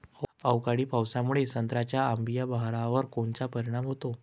अवकाळी पावसामुळे संत्र्याच्या अंबीया बहारावर कोनचा परिणाम होतो?